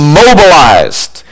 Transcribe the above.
mobilized